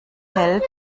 hält